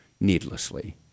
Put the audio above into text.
needlessly